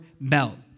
belt